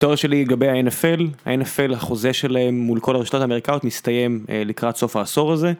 התואר שלי לגבי הNFL, הNFL החוזה שלהם מול כל הרשתות האמריקאיות מסתיים לקראת סוף העשור הזה